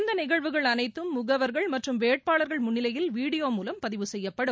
இந்த நிகழ்வுகள் அனைத்தும் முகவர்கள் மற்றும் வேட்பாளர்கள் முன்னிலையில் வீடியோ மூலம் பதிவு செய்யப்படும்